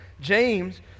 James